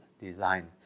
design